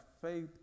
faith